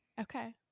okay